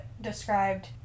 described